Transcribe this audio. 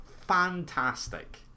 fantastic